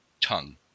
tongue